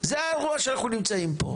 זה האירוע שאנחנו נמצאים בו.